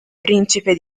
principe